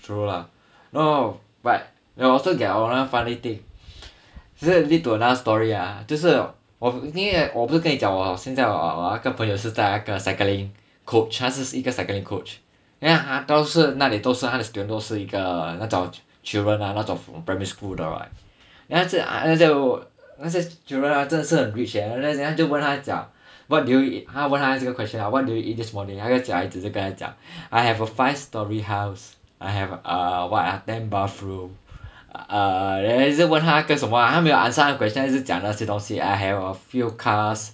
true lah no but will also get around a funny thing 这是 lead to another story ah 就是因为我不是跟你讲我现在我那个朋友是在那个 cycling coach 他是一个 cycling coach then 他大多数那里都是他的 student 都是一个那种 children ah 那种 from primary school 的 right then 那些 children 真是很 rich eh then 他就问他讲 what did you eat 他问他这个 question what do you eat this morning 那个小孩子就跟他讲 I have a five story house err what ah ten bathroom err then 一直问他什么啊他没有 answer 他的 question then 一直讲那些东西 I have a few cars